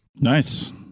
Nice